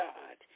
God